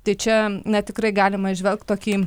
tai čia na tikrai galima įžvelgti tokį